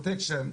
התוכנית.